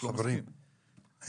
חברים,